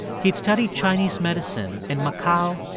he'd studied chinese medicine in macao,